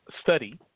study